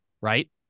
right